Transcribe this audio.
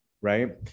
right